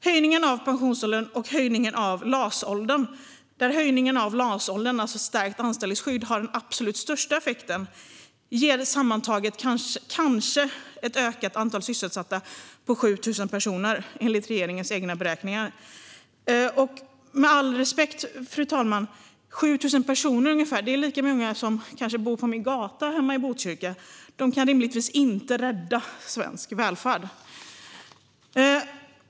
Höjningen av pensionsåldern och höjningen av LAS-åldern, varav höjningen av LAS-åldern - alltså stärkt anställningsskydd - har den absolut största effekten, ger sammantaget kanske ett ökat antal sysselsatta på 7 000 personer, enligt regeringens egna beräkningar. Med all respekt, fru talman: Ungefär 7 000 personer är kanske lika många som bor på min gata hemma i Botkyrka. De kan rimligtvis inte rädda svensk välfärd.